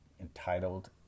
entitled